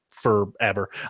forever